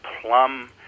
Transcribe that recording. plum